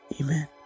Amen